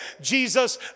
Jesus